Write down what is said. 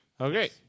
Okay